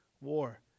war